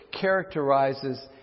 characterizes